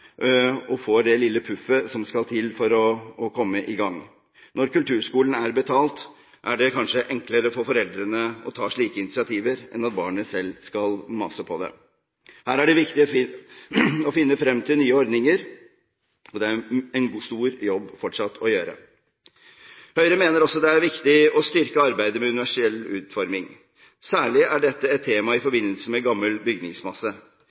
og får det lille puffet som skal til for å komme i gang. Når kulturskolen er betalt, er det kanskje enklere for foreldrene å ta slike initiativer enn at barnet selv skal mase på det. Her er det viktig å finne frem til nye ordninger, og det er fortsatt en stor jobb å gjøre. Høyre mener også det er viktig å styrke arbeidet med universell utforming. Særlig er dette et tema i forbindelse med gammel bygningsmasse.